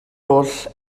holl